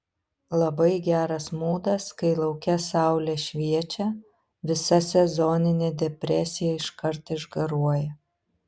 labai geras mūdas kai lauke saulė šviečia visa sezoninė depresija iškart išgaruoja